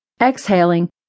Exhaling